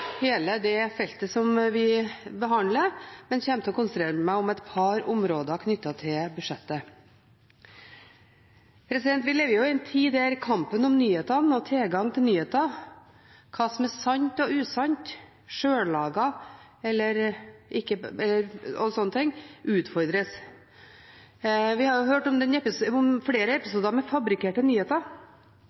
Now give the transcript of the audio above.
hele det feltet som vi behandler, men jeg kommer til å konsentrere meg om et par områder knyttet til budsjettet. Vi lever i ei tid der kampen om nyhetene og tilgang til nyhetene, hva som er sant og usant, utfordres. Vi har hørt om flere episoder med fabrikkerte nyheter.